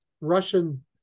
Russian